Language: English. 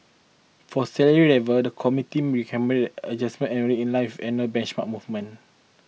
for salary levels the committee recommended adjusted annually in life in a benchmark movements